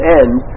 end